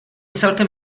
celkem